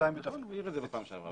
הוא העיר את זה בפעם שעברה.